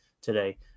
today